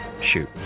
shoot